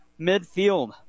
midfield